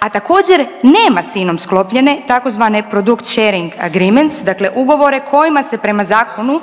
a također nema s Inom sklopljene tzv. product sharing agreement dakle ugovore kojima se prema Zakonu